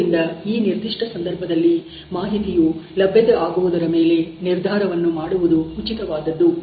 ಆದ್ದರಿಂದ ಈ ನಿರ್ದಿಷ್ಟ ಸಂದರ್ಭದಲ್ಲಿ ಮಾಹಿತಿಯು ಲಭ್ಯತೆ ಆಗುವುದರ ಮೇಲೆ ನಿರ್ಧಾರವನ್ನು ಮಾಡುವುದು ಉಚಿತವಾದದ್ದು